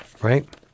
Right